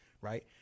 right